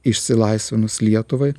išsilaisvinus lietuvai